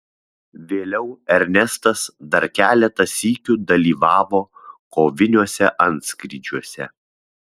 vėliau ernestas dar keletą sykių dalyvavo koviniuose antskrydžiuose